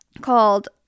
called